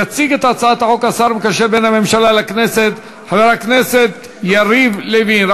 יציג את הצעת החוק השר המקשר בין הממשלה לכנסת חבר הכנסת יריב לוין.